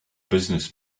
business